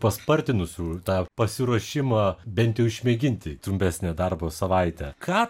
paspartinusių tą pasiruošimą bent jau išmėginti trupesnę darbo savaitę ką